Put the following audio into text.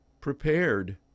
prepared